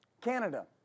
Canada